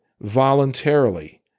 voluntarily